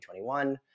2021